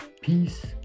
peace